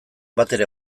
batere